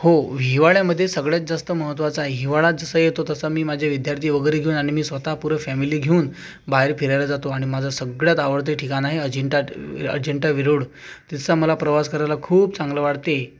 हो हिवाळ्यामध्ये सगळ्यात जास्त महत्त्वाचा आहे हिवाळा जसा येतो तसा मी माझे विद्यार्थी वगैरे घेऊन आणि मी स्वत पूर्ण फॅमिली घेऊन बाहेर फिरायला जातो आणि माझं सगळ्यात आवडते ठिकाण आहे अजिण्टाट अजिंठा वेरुळ तसं मला प्रवास करायला खूप चांगल वाटते